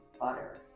butter